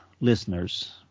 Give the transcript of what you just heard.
listeners